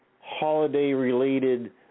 holiday-related